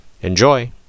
Enjoy